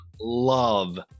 love